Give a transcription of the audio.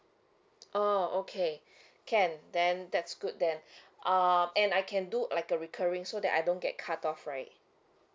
ah okay can then that's good then um and I can do a like a recurring so that I don't get cut off right